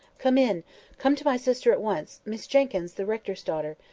come in come to my sister at once, miss jenkyns, the rector's daughter.